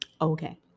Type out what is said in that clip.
Okay